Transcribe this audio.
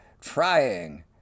trying